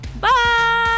bye